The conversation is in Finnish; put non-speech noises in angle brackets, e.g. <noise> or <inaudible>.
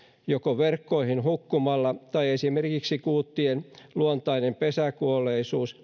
joko verkkoihin hukkumalla tai esimerkiksi kuuttien luontaisen pesäkuolleisuuden <unintelligible>